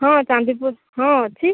ହଁ ଚାନ୍ଦିପୁର ହଁ ଅଛି